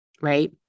right